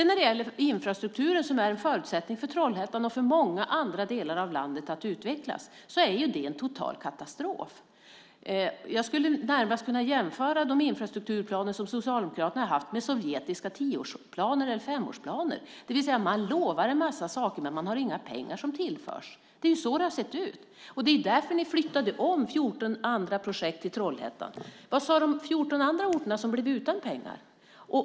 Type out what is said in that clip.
När det gäller infrastrukturen, som är en förutsättning för Trollhättan och för många andra delar av landet för att utvecklas, är det en total katastrof. Jag skulle kunna jämföra de infrastrukturplaner som Socialdemokraterna har haft med sovjetiska tioårsplaner eller femårsplaner, det vill säga att man lovar en massa saker men att man inte tillför några pengar. Det är så som det har sett ut. Det var därför som ni flyttade om 14 andra projekt till Trollhättan. Vad sade de 14 andra orterna som blev utan pengar?